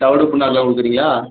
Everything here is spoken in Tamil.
தவிடு பிண்ணாக்குலாம் கொடுக்குறீங்களா